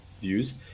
views